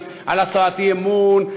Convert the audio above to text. על הצעות אי-אמון,